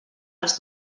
els